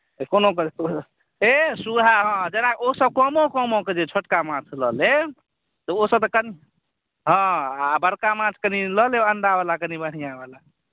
कोनो प्रकार हे सूहा हँ हँ ओसभ कमो समो के जे छोटका माछ लऽ लेब तऽ ओसभके हँ बड़का माछ कनी लऽ लेब अण्डावला कनी बढ़िआँवला